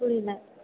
புரியலை